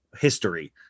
history